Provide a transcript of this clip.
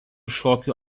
šokių